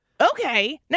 Okay